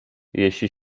jeśli